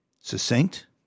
Succinct